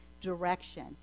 direction